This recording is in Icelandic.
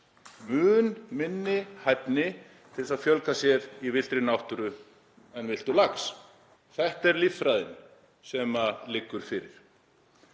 mun minni hæfni — til þess að fjölga sér í villtri náttúru en villtur lax. Þetta er líffræðin sem liggur fyrir.